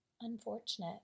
unfortunate